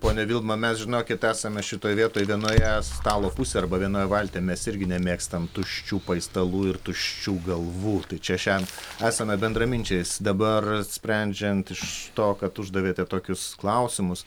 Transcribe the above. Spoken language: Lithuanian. ponia vilma mes žinokit esame šitoj vietoj vienoje stalo pusėje arba vienoje valtyje mes irgi nemėgstam tuščių paistalų ir tuščių galvų tai čia šian esame bendraminčiais dabar sprendžiant iš to kad uždavėte tokius klausimus